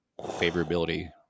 favorability